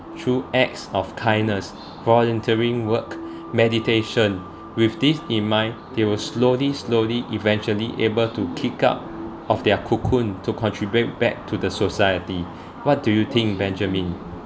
through acts of kindness volunteering work meditation with this in mind they will slowly slowly eventually able to kick out of their cocoon to contribute back to the society what do you think benjamin